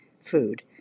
food